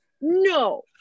No